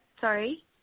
sorry